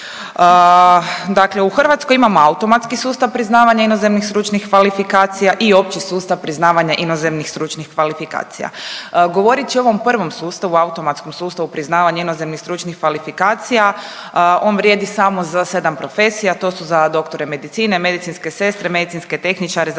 Dakle u Hrvatskoj imamo automatski sustav priznavanja inozemnih stručnih kvalifikacija i opći sustav priznavanja inozemnih stručnih kvalifikacija. Govoreći o ovom prvom sustavu o automatskom sustavu priznavanja inozemnih stručnih kvalifikacija on vrijedi samo za 7 profesija. To su za dr. medicine, medicinske sestre, medicinske tehničare,